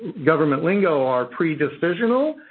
of-government lingo-are pre-decisional,